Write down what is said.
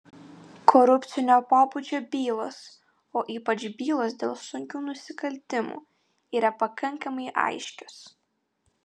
korupcinio pobūdžio bylos o ypač bylos dėl sunkių nusikaltimų yra pakankamai aiškios